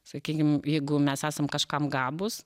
sakykim jeigu mes esam kažkam gabūs